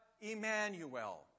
Emmanuel